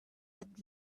had